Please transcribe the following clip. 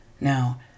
Now